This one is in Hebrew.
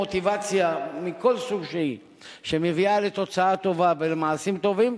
מוטיבציה מכל סוג שהוא שמביאה לתוצאה טובה ולמעשים טובים,